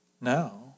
now